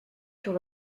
sur